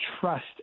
trust